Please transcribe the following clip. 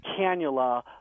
cannula